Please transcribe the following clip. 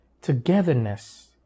togetherness